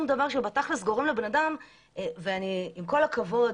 עם כל הכבוד,